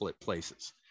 places